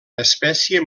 espècie